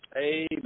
Amen